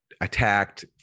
attacked